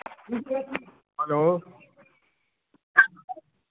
hello